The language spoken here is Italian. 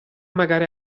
magari